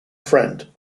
friend